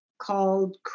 called